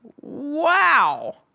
wow